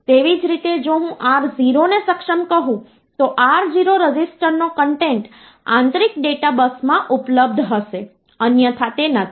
તેવી જ રીતે જો હું R0 ને સક્ષમ કહું તો R0 રજિસ્ટરનો કન્ટેન્ટ આંતરિક ડેટા બસમાં ઉપલબ્ધ હશે અન્યથા તે નથી